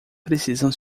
precisam